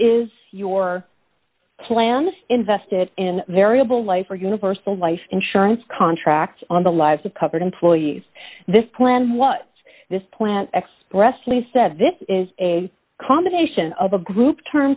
is your plan invested in variable life or universal life insurance contracts on the lives of covered employees this plan what this plan expressly said this is a combination of a group term